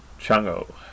Chang'o